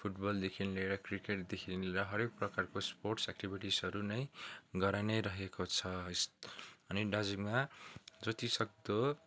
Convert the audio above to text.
फुटबलदेखि लिएर क्रिकेटदेखि लिएर हरेक प्रकारको स्पोर्ट्स एक्टिभिटिजहरू नै गराइ नै रहेको छ अनि डाजिङमा जतिसक्दो